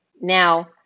Now